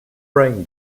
brain